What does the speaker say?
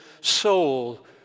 soul